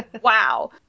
wow